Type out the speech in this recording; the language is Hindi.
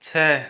छः